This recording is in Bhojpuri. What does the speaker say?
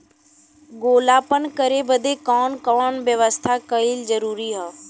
गोपालन करे बदे कवन कवन व्यवस्था कइल जरूरी ह?